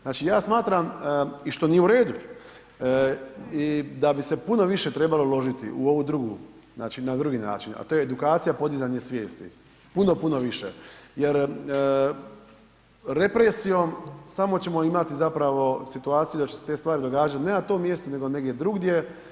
Znači, ja smatra i što nije u redu, da bi se puno više trebalo uložiti u ovu drugu, znači na drugi način, a to je edukacija, podizanje svijesti, puno, puno više jer represijom samo ćemo imati zapravo situaciju da će se te stvari događati ne na tom mjestu nego negdje drugdje.